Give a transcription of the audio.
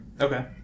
Okay